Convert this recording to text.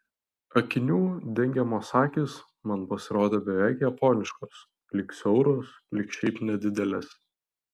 akinių dengiamos akys man pasirodė beveik japoniškos lyg siauros lyg šiaip nedidelės